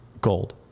gold